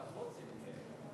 זאת תשובת משרד החוץ, אז